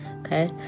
okay